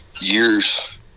years